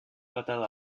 tratado